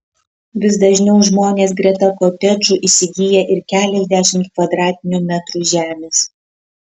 vis dažniau žmonės greta kotedžų įsigyja ir keliasdešimt kvadratinių metrų žemės